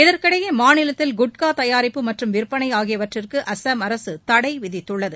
இதற்கிடையே மாநிலத்தில் குட்கா தயாரிப்பு மற்றும் விற்பனை ஆகியவற்றுக்கு அஸ்ஸாம் அரசு தடை விதித்துள்ளது